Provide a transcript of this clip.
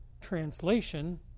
translation